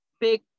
big